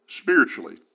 Spiritually